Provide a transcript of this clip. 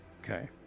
Okay